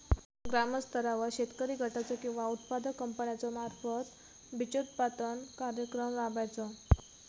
ग्रामस्तरावर शेतकरी गटाचो किंवा उत्पादक कंपन्याचो मार्फत बिजोत्पादन कार्यक्रम राबायचो?